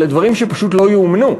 אלה דברים שפשוט לא יאומנו,